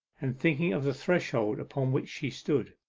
and thinking of the threshold upon which she stood.